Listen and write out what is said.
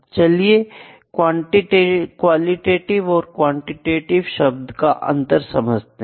चलिए क्वालिटेटिव एवं क्वांटिटीव शब्दों का अंतर समझते हैं